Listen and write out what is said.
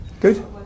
Good